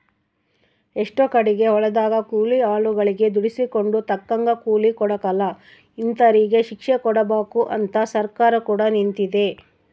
ಎಷ್ಟೊ ಕಡಿಗೆ ಹೊಲದಗ ಕೂಲಿ ಆಳುಗಳಗೆ ದುಡಿಸಿಕೊಂಡು ತಕ್ಕಂಗ ಕೂಲಿ ಕೊಡಕಲ ಇಂತರಿಗೆ ಶಿಕ್ಷೆಕೊಡಬಕು ಅಂತ ಸರ್ಕಾರ ಕೂಡ ನಿಂತಿತೆ